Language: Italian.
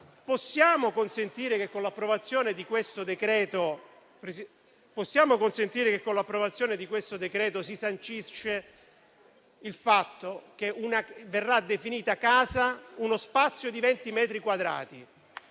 Possiamo consentire che, con la conversione di questo decreto, si sancisca il fatto che verrà definito casa uno spazio di 20 metri quadrati?